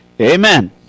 Amen